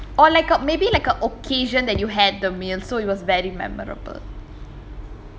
or like or maybe like a occasion that you had the meal so it was very memorable